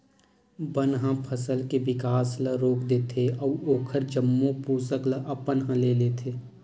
बन ह फसल के बिकास ल रोक देथे अउ ओखर जम्मो पोसक ल अपन ह ले लेथे